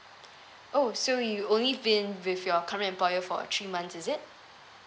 oh so you only been with your current employer for uh three months is it